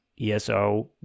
eso